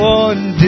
one